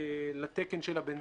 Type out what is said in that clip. לתקן של הבנזין,